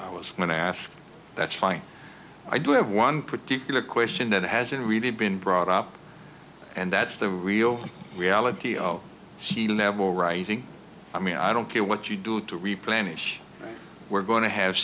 i was going to ask that's fine i do have one particular question that hasn't really been brought up and that's the real reality of sea level rising i mean i don't care what you do to replenish we're going to have